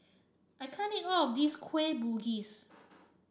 I can't eat it of this Kueh Bugis